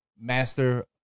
master